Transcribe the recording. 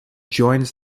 joins